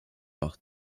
leur